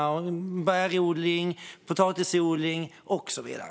Det handlar om bärodling, potatisodling och så vidare.